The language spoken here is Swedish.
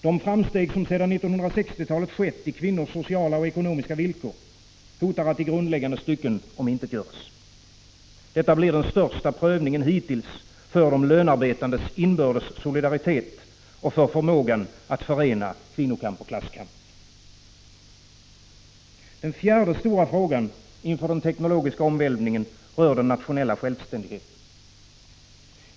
De framsteg som sedan 1960-talet skett beträffande kvinnors sociala och ekonomiska villkor hotar att i grundläggande stycken omintetgöras. Detta blir den största prövningen hittills för de lönarbetandes inbördes solidaritet och för förmågan att förena kvinnokamp och klasskamp. Den fjärde stora frågan inför den teknologiska omvälvningen rör den nationella självständigheten.